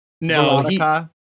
no